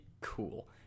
cool